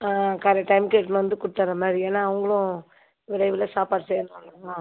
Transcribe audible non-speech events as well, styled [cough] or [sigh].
ஆ correct டைம்க்கு எடுத்துனு வந்து கொடுத்தர்ற மாதிரி ஏன்னா அவங்களும் விரைவில சாப்பாடு செய் [unintelligible]